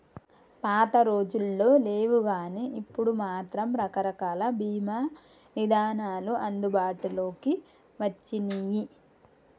పాతరోజుల్లో లేవుగానీ ఇప్పుడు మాత్రం రకరకాల బీమా ఇదానాలు అందుబాటులోకి వచ్చినియ్యి